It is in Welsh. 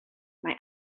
mae